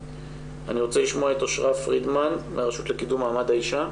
אני רוצה לשמוע את אושרה פרידמן מהרשות לקידום מעמד האישה,